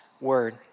word